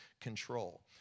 control